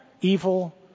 evil